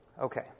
Okay